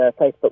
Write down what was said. Facebook